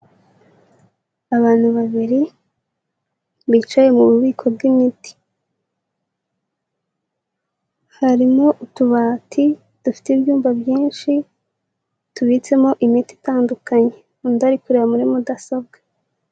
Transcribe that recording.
Abantu babiri bicaye mu bubiko bw'imiti, harimo utubati dufite ibyumba byinshi tubitsemo imiti itandukanye, undi ari kureba muri mudasobwa.